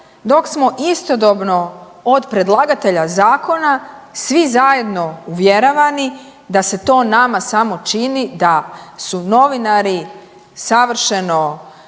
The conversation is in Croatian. dok smo istodobno od predlagatelja zakona svi zajedno uvjeravani da se to nama samo čini da su novinari savršeno